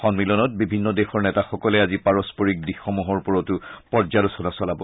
সন্মিলনত বিভিন্ন দেশৰ নেতাসকলে আজি পাৰস্পৰিক দিশসমূহৰ ওপৰতো পৰ্যালোচনা চলাব